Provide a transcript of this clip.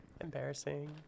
Embarrassing